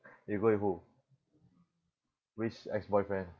you go with who which ex boyfriend